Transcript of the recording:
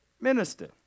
Minister